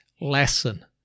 lesson